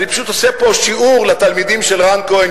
אני פשוט עושה פה שיעור לתלמידים של רן כהן,